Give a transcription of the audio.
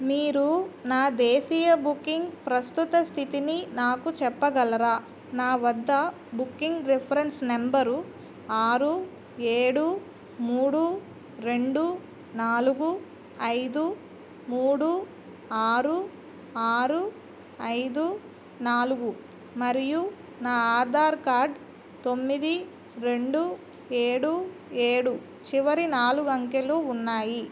మీరు నా దేశీయ బుకింగ్ ప్రస్తుత స్థితిని నాకు చెప్పగలరా నా వద్ద బుకింగ్ రిఫరెన్స్ నెంబరు ఆరు ఏడు మూడు రెండు నాలుగు ఐదు మూడు ఆరు ఆరు ఐదు నాలుగు మరియు నా ఆధార్ కార్డ్ తొమ్మిది రెండు ఏడు ఏడు చివరి నాలుగు అంకెలు ఉన్నాయి